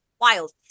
Wild